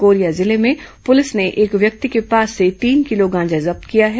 Korea जिले में police ने एक व्यक्ति के पास से तीन किलो गांजा जब्त किया है